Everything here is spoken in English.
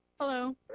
Hello